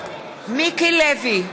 מיקי לוי,